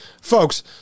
Folks